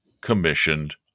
commissioned